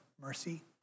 mercy